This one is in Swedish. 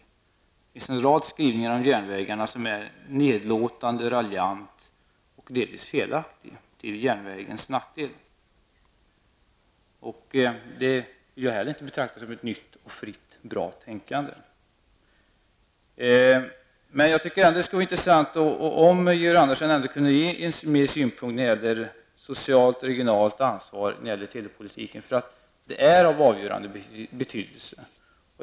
Det finns en rad skrivningar om järnvägen som är nedlåtande, raljande och delvis felaktiga till järnvägens nackdel. Så det betraktar jag inte som nytt, fritt och bra tänkande. Jag tycker det skulle vara intressant om Georg Andersson kunde ge några synpunkter när det gäller televerkets sociala och regionala ansvar, för det är av avgörande betydelse.